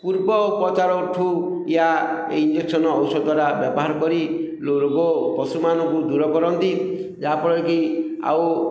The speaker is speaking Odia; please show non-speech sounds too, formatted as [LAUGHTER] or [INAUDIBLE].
ପୂର୍ବ ଉପଚାର ଠୁ [UNINTELLIGIBLE] ଏ ଇଞ୍ଜେକ୍ସନ୍ ଔଷଧ ଦ୍ୱାରା ବ୍ୟବହାର କରି ରୋଗ ପଶୁମାନଙ୍କୁ ଦୂର କରନ୍ତି ଯାହାଫଳରେ କି ଆଉ